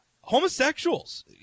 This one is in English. homosexuals